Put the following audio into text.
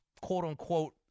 quote-unquote